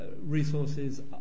Resources